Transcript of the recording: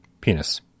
Penis